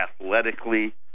athletically